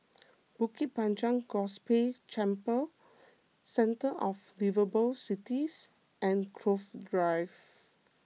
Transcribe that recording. Bukit Panjang Gospel Chapel Centre of Liveable Cities and Cove Drive